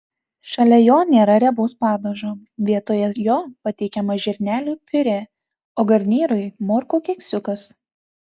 šalia jo nėra riebaus padažo vietoje jo pateikiama žirnelių piurė o garnyrui morkų keksiukas